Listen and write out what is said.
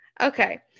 Okay